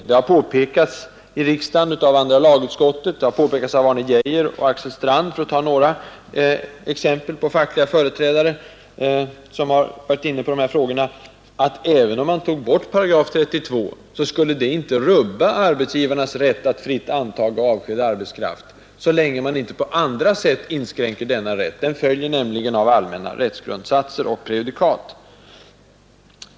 Det har påpekats i riksdagen av andra lagutskottet, liksom av Arne Geijer och Axel Strand — för att ta ett par exempel på framstående fackföreningsmän som varit inne på dessa frågor — att även om man tog bort § 32, skulle det inte rubba arbetsgivarnas rätt att fritt antaga och avskeda arbetskraft, så länge man inte på andra sätt inskränker denna rätt. Den följer nämligen av allmänna rättsgrundsatser och prejudikat.